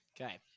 Okay